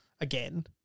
again